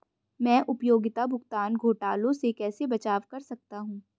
मैं उपयोगिता भुगतान घोटालों से कैसे बचाव कर सकता हूँ?